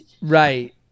Right